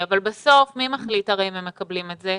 בסוף מי מחליט אם הם מקבלים את ההלוואה?